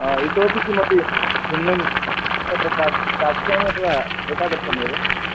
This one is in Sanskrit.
इतोऽपि किमपि भिन्नं तत्र प्राप्स्यामि अथवा एतादृशमेव